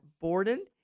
Borden